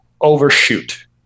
overshoot